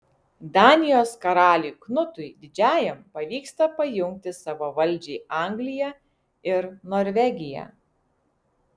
danijos karaliui knutui didžiajam pavyksta pajungti savo valdžiai angliją ir norvegiją